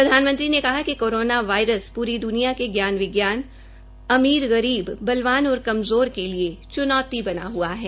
प्रधानमंत्री ने कहा कि कोरोना वायरस पूरी द्निया के ज्ञान विज्ञान अमीर गरीब बलवान और कमज़ोर के लिए चुनौती बना हुआ है